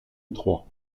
étroits